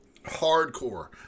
hardcore